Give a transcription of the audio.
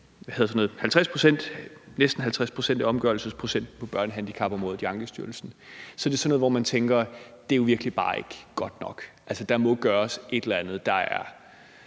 Altså, næsten 50 pct. er omgørelsesprocenten på børnehandicapområdet i Ankestyrelsen. Så det er sådan, at man tænker: Det er jo virkelig ikke bare godt nok. Der må gøres et eller andet,